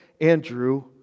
andrew